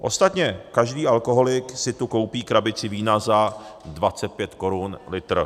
Ostatně každý alkoholik si tu koupí krabici vína za 25 korun litr.